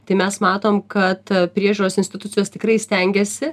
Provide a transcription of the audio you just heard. tai mes matom kad priežiūros institucijos tikrai stengiasi